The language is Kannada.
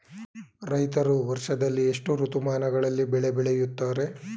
ರೈತರು ವರ್ಷದಲ್ಲಿ ಎಷ್ಟು ಋತುಮಾನಗಳಲ್ಲಿ ಬೆಳೆ ಬೆಳೆಯುತ್ತಾರೆ?